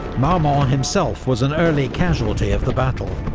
marmont himself was an early casualty of the battle,